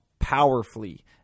Powerfully